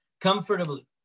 comfortably